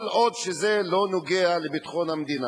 כל עוד זה לא נוגע לביטחון המדינה.